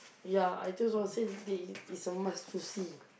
ya I just want to say they is a must to see